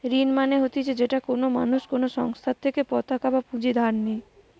ঋণ মানে হতিছে যেটা কোনো মানুষ কোনো সংস্থার থেকে পতাকা বা পুঁজি ধার নেই